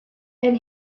and